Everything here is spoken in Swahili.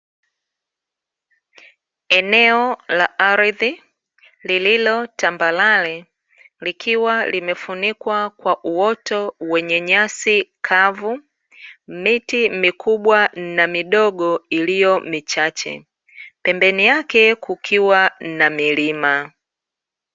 Eneo la ardhi lililo tambarare, likiwa limefunikwa kwa uoto wenye nyasi kavu miti mikubwa na midogo iliyomichache pembeni yake kukiwa na milima.